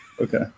Okay